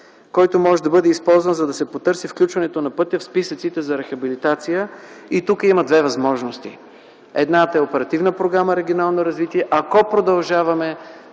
който може да бъде използван, за да се потърси включването на пътя в списъците за рехабилитация и тук има две възможности: едната е Оперативна програма „Регионално развитие”, ако продължаваме